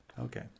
Okay